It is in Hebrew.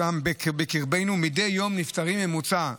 והתמעטותם בקרבנו, מדי יום נפטרים בממוצע,